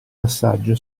passaggio